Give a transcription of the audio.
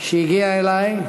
שהגיעה אלי,